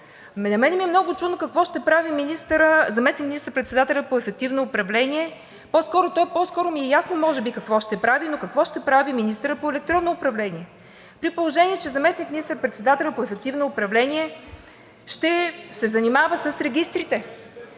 На мен ми е много чудно какво ще прави заместник министър председателят по ефективно управление? То по-скоро ми е ясно може би какво ще прави, но какво ще прави министърът по електронно управление, при положение че заместник министър председателят по ефективно управление ще се занимава с регистрите?